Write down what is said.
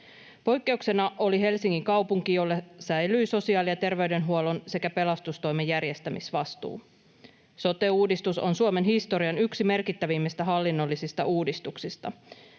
Poikkeuksena oli Helsingin kaupunki, jolla säilyi sosiaali- ja terveydenhuollon sekä pelastustoimen järjestämisvastuu. Sote-uudistus on Suomen historian yksi merkittävimmistä hallinnollisista uudistuksista.